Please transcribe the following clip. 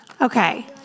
Okay